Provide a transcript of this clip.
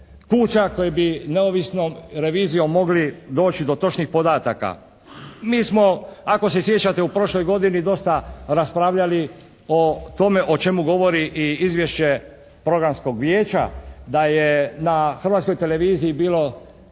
kuća koji bi neovisnom revizijom mogli doći do točnih podataka. Mi smo ako se sjećate u prošloj godini dosta raspravljali o tome o čemu govori i izvješće programskog vijeća da je na Hrvatskoj televiziji bilo